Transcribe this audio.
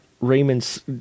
Raymond's